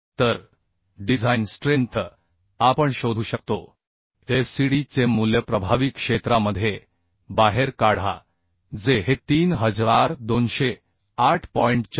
तर design strength आपण शोधू शकतो FCD चे मूल्य प्रभावी क्षेत्रामध्ये बाहेर काढा जे हे 3208